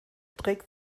trägt